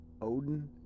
Odin